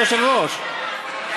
לשר האוצר שזה ייקח לי בערך 15,